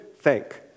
thank